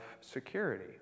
security